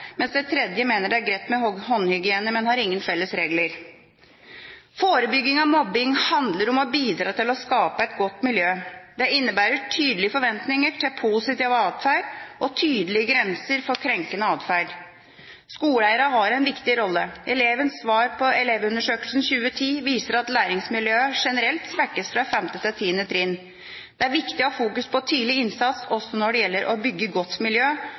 mens den tredje mener det er greit med håndhygiene, men har ingen felles regler. Forebygging av mobbing handler om å bidra til å skape et godt miljø. Det innebærer tydelige forventninger til positiv adferd og tydelige grenser for krenkende adferd. Skoleeierne har en viktig rolle. Elevenes svar på Elevundersøkelsen 2010 viser at læringsmiljøet generelt svekkes fra 5. til 10. trinn. Det er viktig å ha fokus på tidlig innsats også når det gjelder å bygge godt miljø,